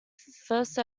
first